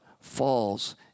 falls